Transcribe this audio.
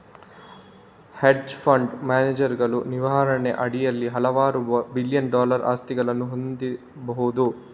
hedge fund ಮ್ಯಾನೇಜರುಗಳು ನಿರ್ವಹಣೆಯ ಅಡಿಯಲ್ಲಿ ಹಲವಾರು ಬಿಲಿಯನ್ ಡಾಲರ್ ಆಸ್ತಿಗಳನ್ನು ಹೊಂದಬಹುದು